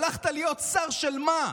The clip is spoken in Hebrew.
הלכת להיות שר של מה?